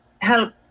help